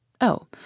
Oh